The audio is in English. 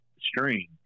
string